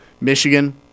Michigan